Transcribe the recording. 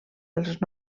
dels